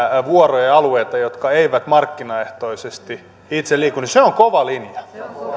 vuoroja ja alueita jotka eivät markkinaehtoisesti itse liiku on kova linja